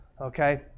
okay